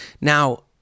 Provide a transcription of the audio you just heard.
Now